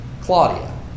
Claudia